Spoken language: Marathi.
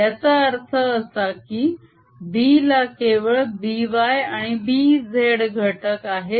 याचा अर्थ असा की B ला केवळ By आणि Bz घटक आहेत